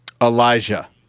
elijah